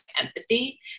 empathy